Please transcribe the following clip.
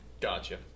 Gotcha